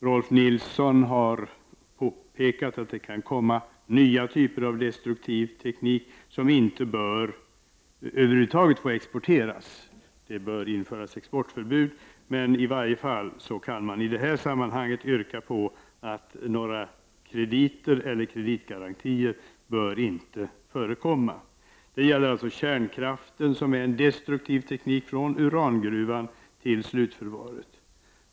Rolf L Nilson har påpekat att det kan komma nya typer av destruktiv teknik som över huvud taget inte bör få exporteras och alltså bör beläggas med exportförbud. I varje fall kan man i detta sammanhang yrka på att några krediter eller kreditgarantier inte bör förekomma för spridning av kärnkraften, som är en destruktiv teknik från urangruvan till slutförvaret.